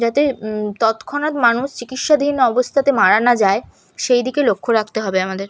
যাতে তৎক্ষণাৎ মানুষ চিকিৎসাধীন অবস্থাতে মারা না যায় সেই দিকে লক্ষ রাখতে হবে আমাদের